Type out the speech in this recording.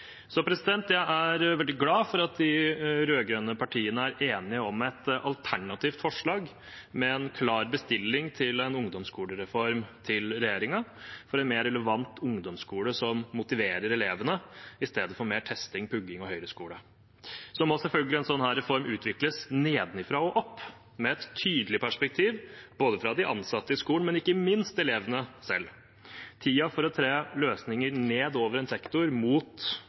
Jeg er veldig glad for at de rød-grønne partiene er enige om et alternativt forslag med en klar bestilling til regjeringen om en ungdomsskolereform – for en mer relevant ungdomsskole som motiverer elevene, i stedet for mer testing, pugging og høyreskole. Så må selvfølgelig en sånn reform utvikles nedenfra og opp med et tydelig perspektiv, både fra de ansatte i skolen og ikke minst fra elevene selv. Tiden for å tre løsninger ned over en sektor, mot